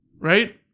right